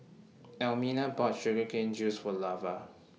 Almina bought Sugar Cane Juice For Lavar